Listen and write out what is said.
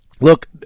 look